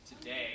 today